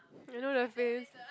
you know the face